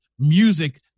music